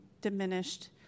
diminished